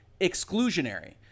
exclusionary